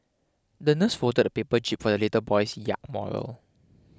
the nurse folded a paper jib for the little boy's yacht model